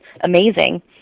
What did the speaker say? amazing